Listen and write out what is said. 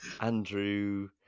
Andrew